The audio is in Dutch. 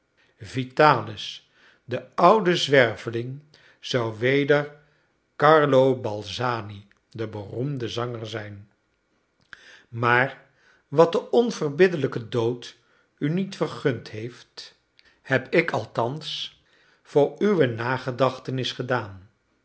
vitalis de oude zwerveling zou weder carlo balzani de beroemde zanger zijn maar wat de onverbiddelijke dood u niet vergund heeft heb ik althans voor uwe nagedachtenis gedaan